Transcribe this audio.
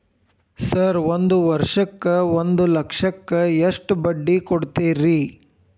Sir ಒಂದು ವರ್ಷಕ್ಕ ಒಂದು ಲಕ್ಷಕ್ಕ ಎಷ್ಟು ಬಡ್ಡಿ ಕೊಡ್ತೇರಿ?